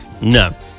no